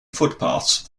footpaths